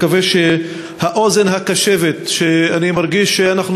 אני מקווה שהאוזן הקשבת שאני מרגיש שאנחנו